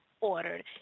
ordered